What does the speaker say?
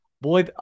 Boy